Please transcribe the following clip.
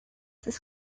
this